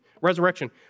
resurrection